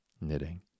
Knitting